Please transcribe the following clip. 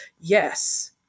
Yes